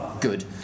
good